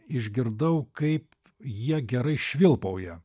išgirdau kaip jie gerai švilpauja